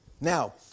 Now